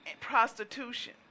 prostitution